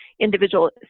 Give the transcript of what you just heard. individual